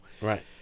Right